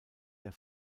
der